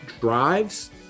drives